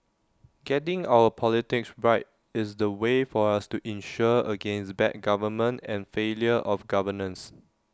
getting our politics right is the way for us to insure against bad government and failure of governance